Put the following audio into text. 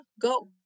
go